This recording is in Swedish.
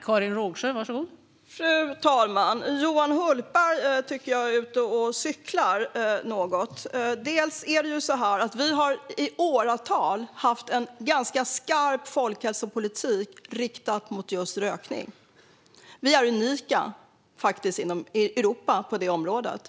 Fru talman! Jag tycker att Johan Hultberg är ute och cyklar. Sverige har i åratal haft en ganska skarp folkhälsopolitik riktad mot just rökning. Sverige är unikt i Europa på det området.